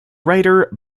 writer